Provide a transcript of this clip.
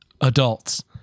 adults